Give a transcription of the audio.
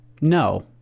No